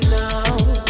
now